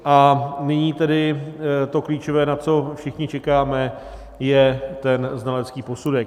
A nyní to klíčové, na co všichni čekáme, je ten znalecký posudek.